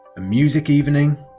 a music evening.